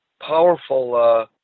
powerful